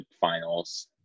finals